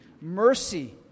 mercy